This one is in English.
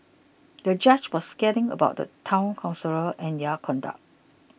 the judge was scathing about the Town Councillors and their conduct